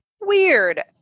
Weird